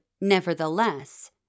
nevertheless